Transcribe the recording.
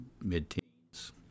mid-teens